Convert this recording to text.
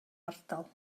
ardal